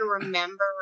remember